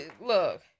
look